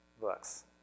books